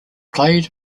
played